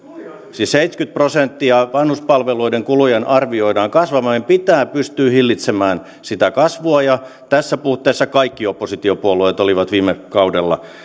siis seitsemänkymmentä prosenttia vanhuspalveluiden kulujen arvioidaan kasvavan niin että pitää pystyä hillitsemään sitä kasvua ja tässä puutteessa kaikki oppositiopuolueet olivat viime kaudella